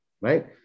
right